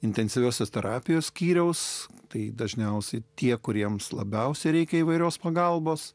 intensyviosios terapijos skyriaus tai dažniausiai tie kuriems labiausiai reikia įvairios pagalbos